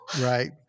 Right